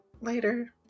later